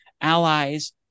allies